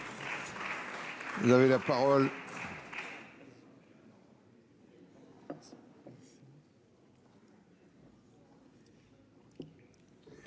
Merci,